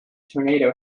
tornado